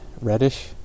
reddish